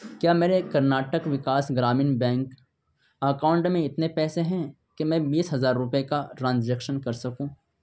کیا میرے Karnataka Vikas Grameen bank account میں اتنے پیسے ہیں کہ میں بیس ہزار روپئے کا ٹرانزیکشن کر سکوں